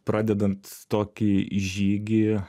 pradedant tokį žygį